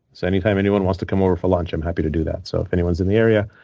so anytime anyone wants to come over for lunch, i'm happy to do that. so if anyone is in the area,